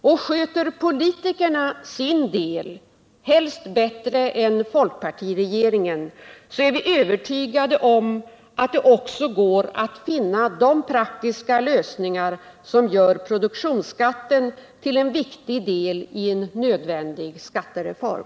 Och sköter politikerna sin del, helst bättre än folkpartiregeringen, är vi övertygade om att det också går att finna de praktiska lösningar som gör produktionsskatten till en viktig del i en nödvändig skattereform.